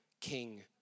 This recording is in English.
King